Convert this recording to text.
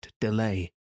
delay